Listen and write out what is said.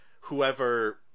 whoever